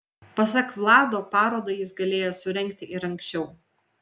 pasak vlado parodą jis galėjęs surengti ir anksčiau